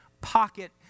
pocket